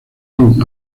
son